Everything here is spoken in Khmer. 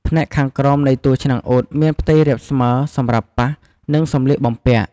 ផ្នែកខាងក្រោមនៃតួឆ្នាំងអ៊ុតមានផ្ទៃរាបស្មើសម្រាប់ប៉ះ នឹងសម្លៀកបំពាក់។